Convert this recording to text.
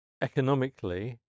economically